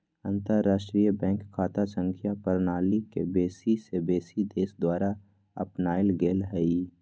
अंतरराष्ट्रीय बैंक खता संख्या प्रणाली के बेशी से बेशी देश द्वारा अपनाएल गेल हइ